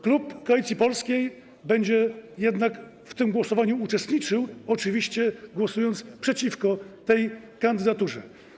klub Koalicji Polskiej będzie jednak w tym głosowaniu uczestniczył, oczywiście głosując przeciwko tej kandydaturze.